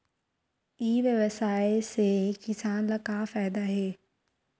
ई व्यवसाय से किसान ला का फ़ायदा हे?